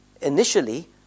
initially